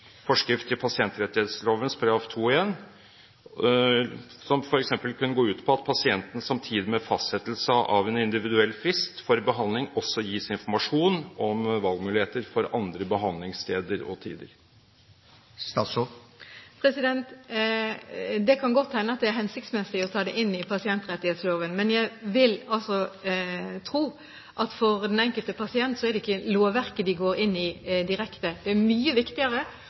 forskrift til pasientrettighetsloven § 2-1, som f.eks. kunne gå ut på at pasienten samtidig med fastsettelse av en individuell frist for behandling også gis informasjon om valgmuligheter for andre behandlingssteder og -tider. Det kan godt hende det er hensiktsmessig å ta det inn i pasientrettighetsloven, men jeg vil tro at for den enkelte pasient er det ikke lovverket de går inn i direkte. Det er mye viktigere